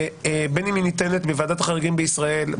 בן אם היא ניתנת בוועדת החריגים בישראל,